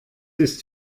ist